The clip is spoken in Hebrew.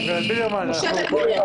וגם היא לא מקבלת,